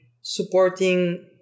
supporting